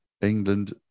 England